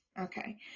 okay